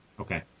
Okay